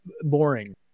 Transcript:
boring